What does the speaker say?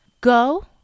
Go